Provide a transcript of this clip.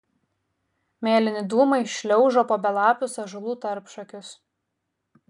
mėlyni dūmai šliaužo po belapius ąžuolų tarpšakius